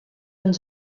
ens